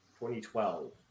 2012